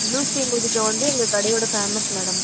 blue ஸ்பே mojito வந்து எங்கள் கடையோட ஃபேமஸ் மேடம்